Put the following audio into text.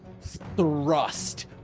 thrust